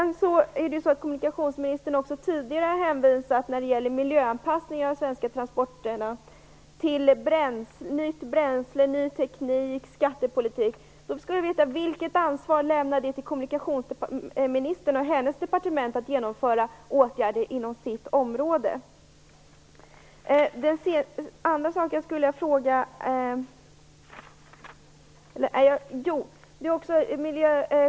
När det gäller miljöanpassningen av de svenska transporterna har kommunikationsministern tidigare hänvisat till nytt bränsle, ny teknik och skattepolitik. Då skulle jag vilja veta vilket ansvar det lämnar till kommunikationsministern och hennes departement att genomföra åtgärder inom sitt område.